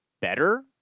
better